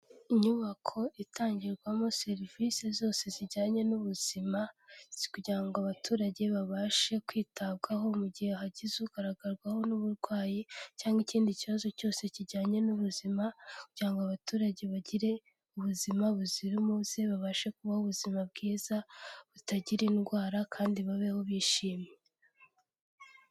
Inyubako itangirwamo serivisi zose zijyanye n'ubuzima kugira ngo abaturage babashe kwitabwaho mu gihe hagize ugaragarwaho n'uburwayi cyangwa ikindi kibazo cyose, kijyanye n'ubuzima kugira ngo abaturage bagire ubuzima buzira umuze, babashe kubaho ubuzima bwiza butagira indwara kandi babeho bishimye.